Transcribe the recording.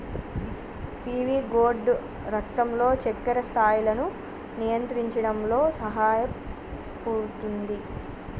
PV gourd రక్తంలో చక్కెర స్థాయిలను నియంత్రించడంలో సహాయపుతుంది